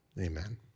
Amen